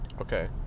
Okay